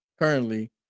currently